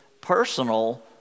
personal